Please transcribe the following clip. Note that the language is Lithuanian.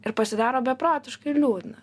ir pasidaro beprotiškai liūdna